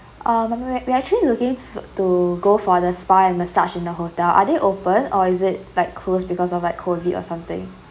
uh we are actually looking for to go for the spa and massage in the hotel are they open or is it like closed because of like COVID or something